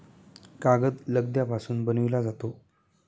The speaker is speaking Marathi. कागद लगद्यापासून बनविला जातो